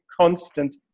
constant